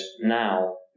now